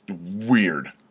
Weird